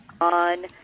on